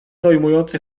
dojmujący